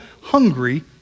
hungry